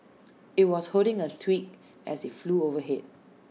IT was holding A twig as IT flew overhead